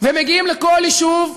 ומגיעים לכל יישוב,